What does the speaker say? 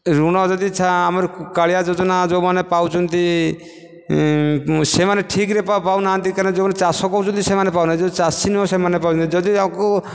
ଋଣ ଯଦି ଆମର କାଳିଆ ଯୋଜନା ଯେଉଁମାନେ ପାଉଛନ୍ତି ସେମାନେ ଠିକ୍ରେ ପାଉ ପାଉନାହାନ୍ତି କାରଣ ଯେଉଁମାନେ ଚାଷ କରୁଛନ୍ତି ସେମାନେ ପାଉନାହାନ୍ତି ଯେଉଁମାନେ ଚାଷୀ ନୁହଁ ସେମାନେ ପାଉଛନ୍ତି ଯଦି ଏହାକୁ